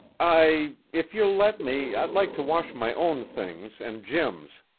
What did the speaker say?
i if you'll let me, i'd like to wash my own things and jim's.